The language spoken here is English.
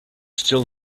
still